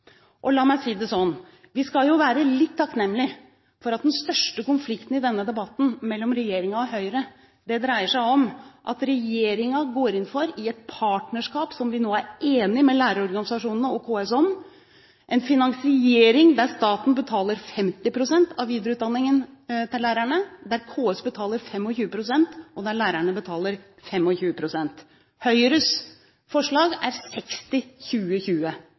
lærere. La meg si det sånn: Vi skal være litt takknemlig for at den største konflikten i denne debatten mellom regjeringen og Høyre dreier seg om at regjeringen går inn for – i et partnerskap som vi nå er enige med lærerorganisasjonene og KS om – en finansiering der staten betaler 50 pst. av videreutdanningen av lærerne, der KS betaler 25 pst., og der lærerne betaler 25 pst. Høyres forslag er